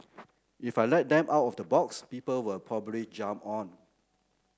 if I let them out of the box people will probably jump on